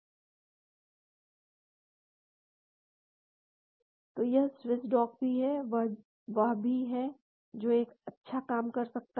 और यह Swiss dock भी है वह भी है जो एक अच्छा काम कर सकता है